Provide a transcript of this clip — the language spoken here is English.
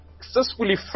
successfully